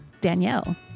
Danielle